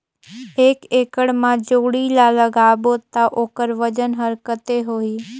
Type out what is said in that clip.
एक एकड़ मा जोणी ला लगाबो ता ओकर वजन हर कते होही?